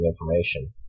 information